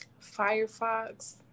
Firefox